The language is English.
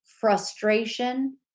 frustration